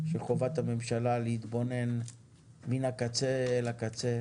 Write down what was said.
שחובת הממשלה להתבונן מן הקצה אל הקצה,